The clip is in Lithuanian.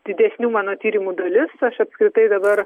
didesnių mano tyrimų dalis aš apskritai dabar